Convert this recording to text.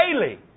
daily